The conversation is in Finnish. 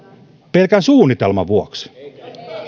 pelkän suunnitelman vuoksi